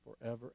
forever